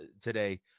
today